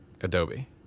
Adobe